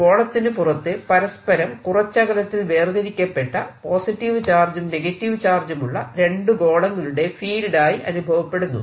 ഗോളത്തിനു പുറത്ത് പരസ്പരം കുറച്ച് അകലത്തിൽ വേർതിരിക്കപ്പെട്ട പോസിറ്റീവ് ചാർജും നെഗറ്റീവ് ചാർജുമുള്ള രണ്ടു ഗോളങ്ങളുടെ ഫീൽഡ് ആയി അനുഭവപ്പെടുന്നു